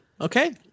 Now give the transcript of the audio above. Okay